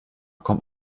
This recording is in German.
kommt